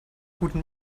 guten